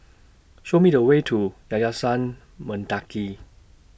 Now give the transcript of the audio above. Show Me The Way to Yayasan Mendaki